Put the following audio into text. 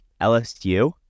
LSU